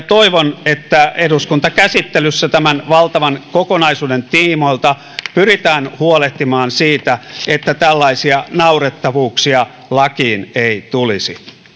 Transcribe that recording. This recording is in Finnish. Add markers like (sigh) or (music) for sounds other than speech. (unintelligible) toivon että eduskuntakäsittelyssä tämän valtavan kokonaisuuden tiimoilta pyritään huolehtimaan siitä että tällaisia naurettavuuksia lakiin ei tulisi